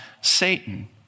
Satan